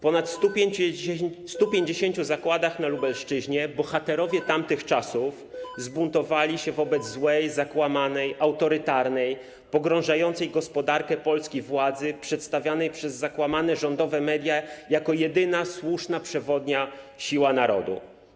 ponad 150 zakładach na Lubelszczyźnie bohaterowie tamtych czasów zbuntowali się wobec złej, zakłamanej, autorytarnej, pogrążającej gospodarkę Polski władzy przedstawianej przez zakłamane rządowe media jako jedyna słuszna przewodnia siła narodu.